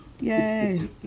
Yay